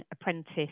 apprentice